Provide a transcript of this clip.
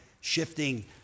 shifting